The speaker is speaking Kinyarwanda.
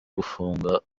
gufunga